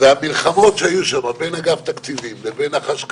היה בלונדון את מי שישב שם שנים בשטח של מדינה אחרת בלי